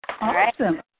Awesome